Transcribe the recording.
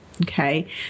okay